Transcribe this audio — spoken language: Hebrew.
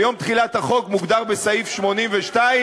ויום תחילת החוק מוגדר בסעיף 82,